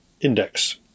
Index